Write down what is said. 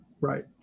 Right